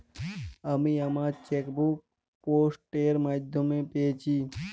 আমি আমার chequebook post এর মাধ্যমে পেয়েছি